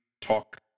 Talk